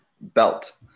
belt